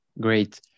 Great